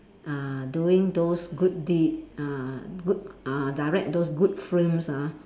uh doing those good deed uh good uh direct those good films ah